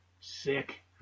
Sick